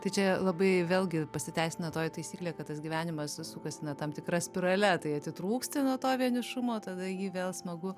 tai čia labai vėlgi pasiteisina toji taisyklė kad tas gyvenimas sukasi na tam tikra spirale tai atitrūksti nuo to vienišumo tada į jį vėl smagu